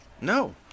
No